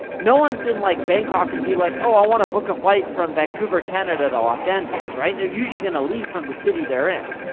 no one's in like bangkok and being like, oh, i wanna book a flight from vancouver, canada to los angeles, right? they're usually gonna leave from the city they're in,